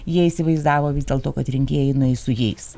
jie įsivaizdavo vis dėl to kad rinkėjai nueis su jais